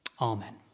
Amen